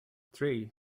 three